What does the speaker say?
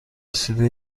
رسیده